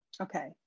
okay